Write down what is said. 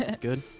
Good